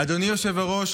אדוני היושב-ראש,